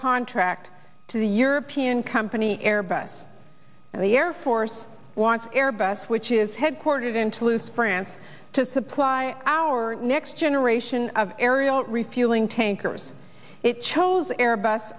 contract to the european company airbus and the air force wants airbus which is headquartered in toulouse france to supply our next generation of aerial refueling tankers it chose air bus